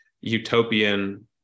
utopian